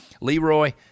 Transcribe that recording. Leroy